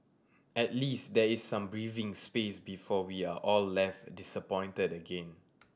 at least there is some breathing space before we are all left disappointed again